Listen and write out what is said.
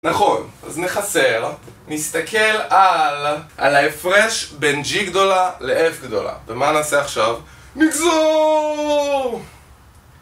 נכון, אז נחסר, נסתכל על, על ההפרש בין G גדולה ל-F גדולה ומה נעשה עכשיו? נגזור!